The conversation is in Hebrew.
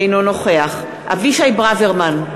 אינו נוכח אבישי ברוורמן,